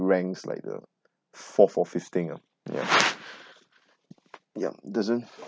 ranks like the fourth or fifth thing ah ya yup doesn't